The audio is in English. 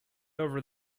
over